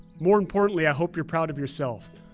more importantly, i hope you're proud of yourself.